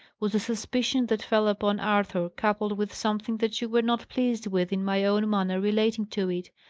was the suspicion that fell upon arthur, coupled with something that you were not pleased with in my own manner relating to it.